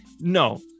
no